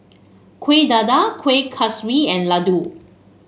Kueh Dadar Kueh Kaswi and laddu